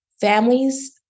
families